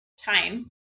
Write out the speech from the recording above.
time